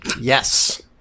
Yes